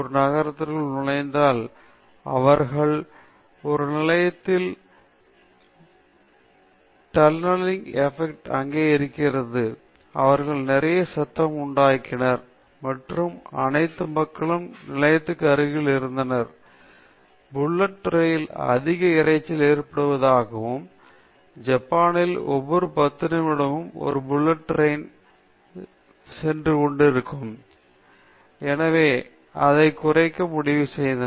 ஒரு நகரத்திற்குள் நுழைந்தால் அவர்கள் ஒரு நிலையத்தில் நுழைந்தால் அந்த டநெலிங் எபக்ட் அங்கே இருக்கிறது அவர்கள் நிறைய சத்தம் உண்டாக்கினர் மற்றும் அனைத்து மக்களும் நிலையத்திற்கு அருகில் இருந்தனர் புல்லட் ரயில்கள் அதிக இரைச்சல் ஏற்படுவதாகவும் ஜப்பனீஸ் ஒவ்வொரு 10 நிமிடமும் ஒரு புல்லட் ரயில் சரி பின்னர் JR ஜப்பானிய இரயில்வே இந்த வேலை தொடங்கியது